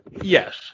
Yes